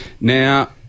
Now